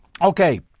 Okay